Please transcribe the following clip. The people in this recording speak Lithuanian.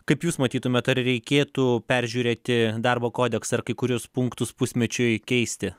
kaip jūs matytumėt ar reikėtų peržiūrėti darbo kodeksą ir kai kuriuos punktus pusmečiui keisti